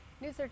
News